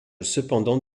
cependant